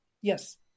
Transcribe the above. yes